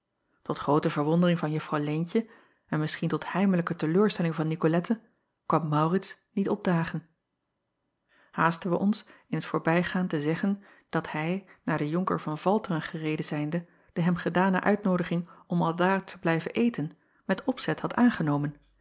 ot groote verwondering van uffrouw eentje en misschien tot heimelijke te leur stelling van icolette kwam aurits niet opdagen aasten wij ons in t voorbijgaan te zeggen dat hij naar den onker van alteren gereden zijnde de hem gedane uitnoodiging om aldaar te blijven eten met opzet had aangenomen